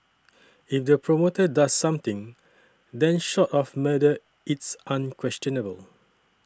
in the promoter does something then short of murder it's unquestionable